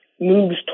moves